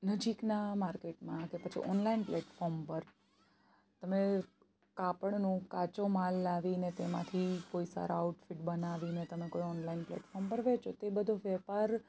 નજીકના માર્કેટમાં કે પછી ઓનલાઈન પ્લેટફોર્મ પર તમે કાપડનો કાચો માલ લાવીને તેમાંથી કોઈ સારા આઉટફીટ બનાવીને તમે કોઈ ઓનલાઈન પ્લેટફોર્મ પર વેચો તે તે બધો વેપાર